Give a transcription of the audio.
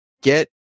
get